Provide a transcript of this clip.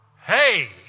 Hey